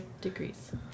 degrees